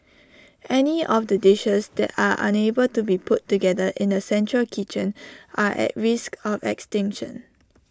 any of the dishes that are unable to be put together in A central kitchen are at risk of extinction